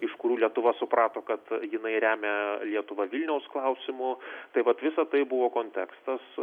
iš kurių lietuva suprato kad jinai remia lietuvą vilniaus klausimu tai vat visa tai buvo kontekstas